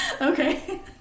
Okay